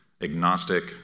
agnostic